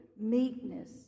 meekness